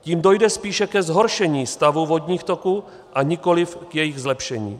Tím dojde spíše ke zhoršení stavu vodních toků a nikoliv k jejich zlepšení.